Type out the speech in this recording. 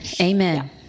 Amen